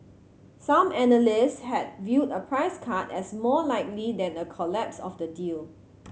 some analyst had viewed a price cut as more likely than a collapse of the deal